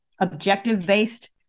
objective-based